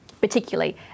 particularly